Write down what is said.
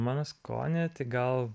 mano skonį tai gal